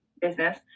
business